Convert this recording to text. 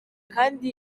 kandi